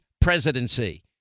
presidency